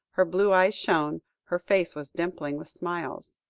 her blue eyes shone, her face was dimpling with smiles.